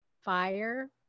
fire